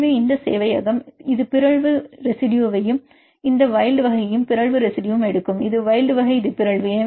எனவே இந்த சேவையகம் இது பிறழ்வு ரெசிடுயுவையும் இந்த வைல்ட் வகையையும் பிறழ்வு ரெசிடுயுவையும் எடுக்கும் இது வைல்ட் வகை இது பிறழ்வு